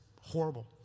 horrible